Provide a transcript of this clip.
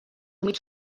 humit